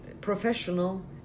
professional